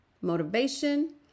motivation